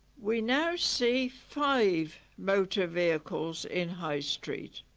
we now see five motor vehicles in high street